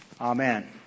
Amen